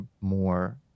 more